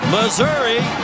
Missouri